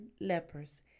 lepers